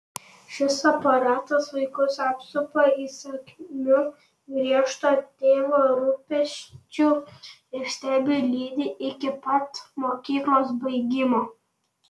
šis aparatas vaikus apsupa įsakmiu griežto tėvo rūpesčiu ir stebi lydi iki pat mokyklos baigimo